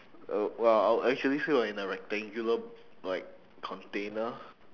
uh well I would actually say we're in a rectangular like container